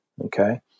okay